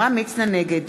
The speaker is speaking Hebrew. נגד